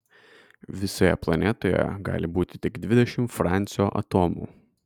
visoje planetoje gali būti tik dvidešimt francio atomų